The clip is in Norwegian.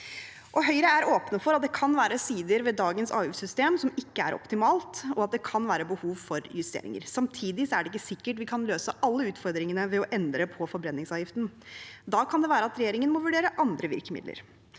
Høyre er åpne for at det kan være sider ved dagens avgiftssystem som ikke er optimale, og at det kan være behov for justeringer. Samtidig er det ikke sikkert vi kan løse alle utfordringene ved å endre på forbrenningsavgiften. Da kan det være at regjeringen må vurdere andre virkemidler.